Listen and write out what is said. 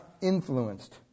influenced